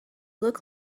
look